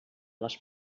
les